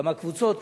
כמה קבוצות.